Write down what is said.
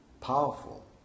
powerful